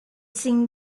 seen